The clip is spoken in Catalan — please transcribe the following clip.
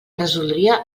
resoldria